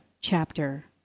chapter